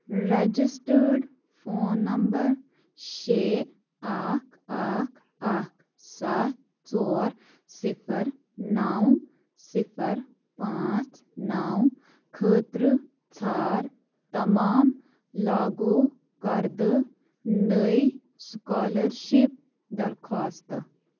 registered phone number شےٚ اَکھ اَکھ اَکھ ستھ ژور صِفر نَو صِفر پانٛژھ نَو خٲطرٕ ژھار تمام لاگو کردٕ نٔے سُکالرشِپ درخواستہٕ